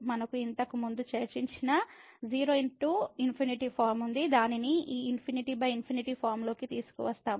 మనకు ఇంతకుముందు చర్చించిన 0 x ∞ ఫారమ్ ఉంది దానిని ఈ ∞∞ ఫార్మ్ లోకి తీసుకువస్తాము